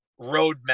roadmap